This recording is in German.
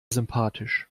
sympathisch